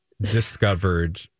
discovered